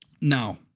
Now